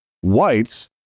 White's